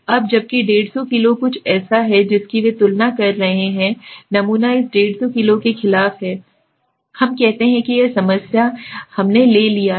अब जबकि 150 किलो कुछ ऐसा है जिसकी वे तुलना कर रहे हैं नमूना इस 150 किलो के खिलाफ ठीक है हम कहते हैं कि यह समस्या हम ले लिया है